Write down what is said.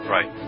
Right